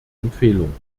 empfehlung